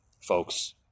folks